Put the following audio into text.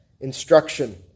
instruction